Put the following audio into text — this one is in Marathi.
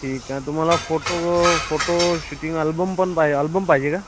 ठीक आहे तुम्हाला फोटो फोटो शुटिंग आल्बम पण पाय आल्बम पाहिजे का